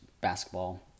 basketball